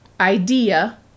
Idea